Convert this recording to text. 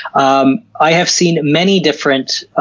um i have seen many different